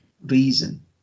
reason